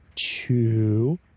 two